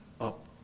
up